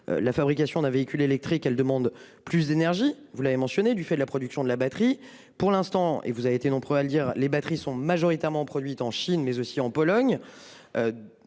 La fabrication d'un véhicule électrique, elle demande plus d'énergie, vous l'avez mentionné, du fait de la production de la batterie pour l'instant et vous avez été nombreux à lire les batteries sont majoritairement produite en Chine, mais aussi en Pologne.